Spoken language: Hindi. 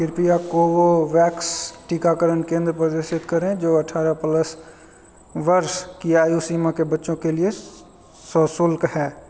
कृपया कोवोवैक्स वे टीकाकरण केंद्र प्रदर्शित करें जो अठारह प्लस वर्ष की आयु सीमा के बच्चों के लिए सशुल्क हैं